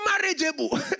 marriageable